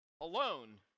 alone